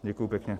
Děkuji pěkně.